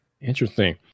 Interesting